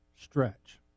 stretch